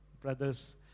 brothers